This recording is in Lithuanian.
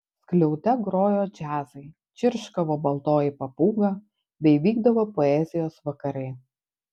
skliaute grojo džiazai čirškavo baltoji papūga bei vykdavo poezijos vakarai